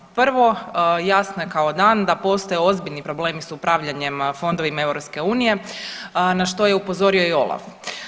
Prvo jasno je kao dan da postoje ozbiljni problemi s upravljanjem fondovima EU na što je upozorio i OLAF.